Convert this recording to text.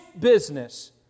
business